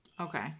Okay